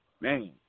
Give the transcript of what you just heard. man